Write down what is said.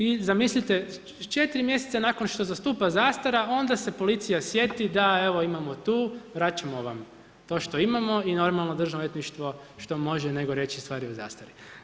I zamislite, 4 mj. nakon što zastupa zastara, onda se policija sjeti, da evo imamo tu, vraćamo vam to što imamo i naravno državno odvjetništvo, što može nego reći, stvar je u zastari.